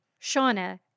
Shauna